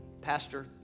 pastor